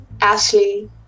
Ashley